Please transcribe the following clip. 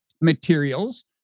materials